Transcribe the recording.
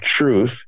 truth